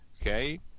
Okay